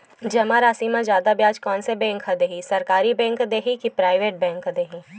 जमा राशि म जादा ब्याज कोन से बैंक ह दे ही, सरकारी बैंक दे हि कि प्राइवेट बैंक देहि?